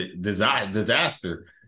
disaster